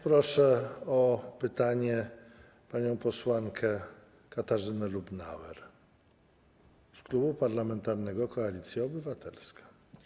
Proszę o pytanie panią posłankę Katarzynę Lubnauer z Klubu Parlamentarnego Koalicja Obywatelska.